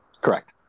Correct